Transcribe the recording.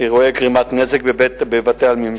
גרימת נזק בבתי-עלמין,